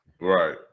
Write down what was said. Right